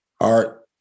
art